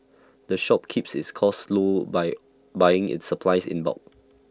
the shop keeps its costs low by buying its supplies in bulk